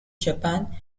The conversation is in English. japan